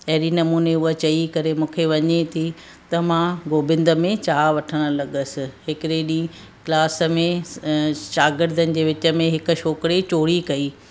अहिड़ी नमूने उहा चई करे मूंखे वञे थी त मां गोबिंद में चाहु वठणु लॻसि हिकिड़े ॾींहुं क्लास में शागिर्दनि जे विच में हिकु छोकिरे चोरी कई